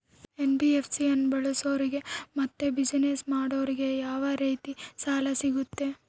NBFC ಅನ್ನು ಬಳಸೋರಿಗೆ ಮತ್ತೆ ಬಿಸಿನೆಸ್ ಮಾಡೋರಿಗೆ ಯಾವ ರೇತಿ ಸಾಲ ಸಿಗುತ್ತೆ?